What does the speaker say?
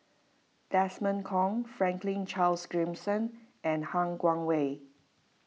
Desmond Kon Franklin Charles Gimson and Han Guangwei